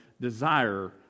desire